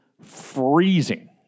freezing